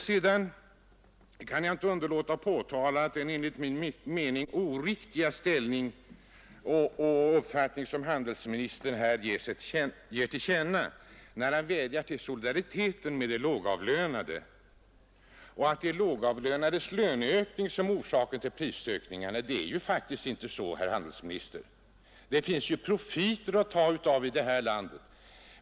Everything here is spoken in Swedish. Jag kan inte underlåta att påtala den enligt min mening oriktiga inställning och uppfattning som handelsministern här ger till känna, när han vädjar till solidaritet med de lågavlönade och framställer de lågavlönades löneökning som orsaken till prisökningen. Men det är ju faktiskt så, herr handelsminister, att det finns profiter att ta av i detta land.